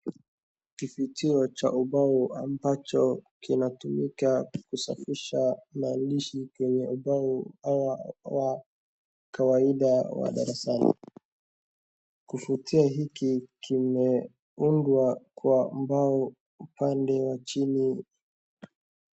Kifutio cha ubao ambacho kinatumika kusafisha maandishi kwenye ubao ama wa kawaida wa darasani. Kifutio hiki kimeundwa kwa mbao upande wa chini.